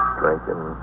drinking